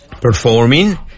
performing